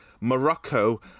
Morocco